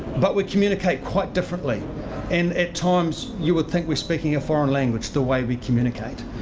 but we communicate quite differently and at times you would think we're speaking a foreign language the way we communicate,